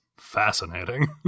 fascinating